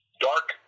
Dark